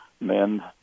Men